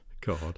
God